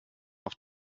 auf